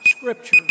scripture